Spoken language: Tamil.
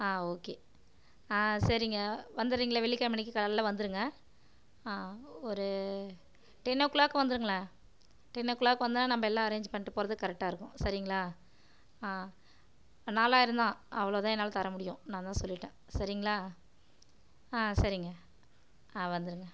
ஓகே சரிங்க வந்துடுறீங்களா வெள்ளி கிழம அன்றைக்கு காலையில் வந்துடுங்க ஒரு டென் ஓ கிளாக் வந்துடுங்களேன் டென் ஓ கிளாக் வந்தால் நம்ம எல்லாம் அரேஞ்ச் பண்ணிவிட்டு போகிறதுக்கு கரெக்டாக இருக்கும் சரிங்களா நாலாயிரம் தான் அவ்வளோதான் என்னால் தர முடியும் நான் அதுதான் சொல்லிவிட்டேன் சரிங்களா சரிங்க வந்துடுங்க